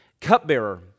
cupbearer